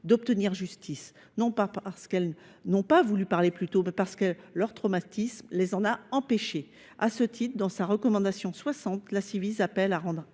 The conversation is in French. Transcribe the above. d’obtenir justice, non parce qu’elles n’ont pas voulu parler plus tôt, mais parce que leur traumatisme les a empêchées de le faire. À ce titre, dans sa recommandation 60, la Ciivise appelle à rendre